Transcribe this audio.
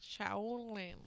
Shaolin